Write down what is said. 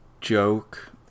joke